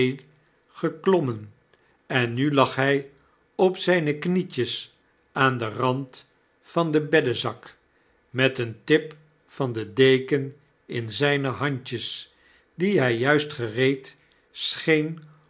geklommen en nu lag hy op zyne knietjes aan den rand van den beddezak met een tip van de deken in zyne handjes die hy juist gereed